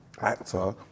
actor